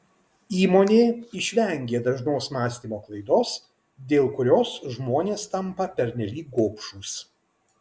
įmonė išvengė dažnos mąstymo klaidos dėl kurios žmonės tampa pernelyg gobšūs